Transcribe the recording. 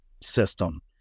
system